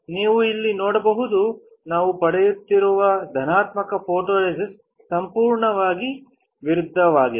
ನೀವು ಇಲ್ಲಿ ನೋಡಬಹುದು ನಾವು ಪಡೆಯುತ್ತಿರುವುದು ಧನಾತ್ಮಕ ಫೋಟೊರೆಸಿಸ್ಟ್ಗೆ ಸಂಪೂರ್ಣವಾಗಿ ವಿರುದ್ಧವಾಗಿದೆ